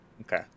Okay